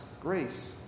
grace